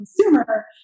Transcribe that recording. consumer